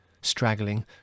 Straggling